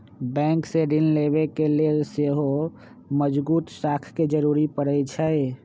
bank से ऋण लेबे के लेल सेहो मजगुत साख के जरूरी परै छइ